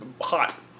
hot